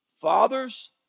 fathers